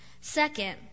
Second